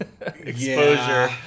exposure